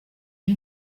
ari